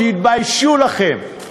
תתביישו לכם.